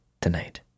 tonight